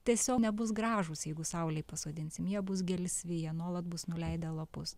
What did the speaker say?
tiesiog nebus gražūs jeigu saulėj pasodinsim jie bus gelsvi jie nuolat bus nuleidę lapus